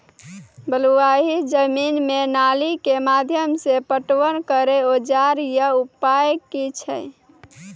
बलूआही जमीन मे नाली के माध्यम से पटवन करै औजार या उपाय की छै?